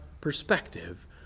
perspective